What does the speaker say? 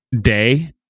day